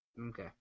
Okay